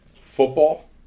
Football